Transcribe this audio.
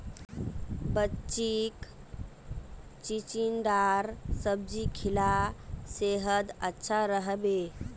बच्चीक चिचिण्डार सब्जी खिला सेहद अच्छा रह बे